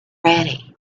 ready